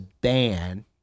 ban